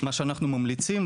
מה שאנחנו ממליצים,